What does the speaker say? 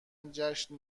جشن